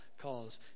calls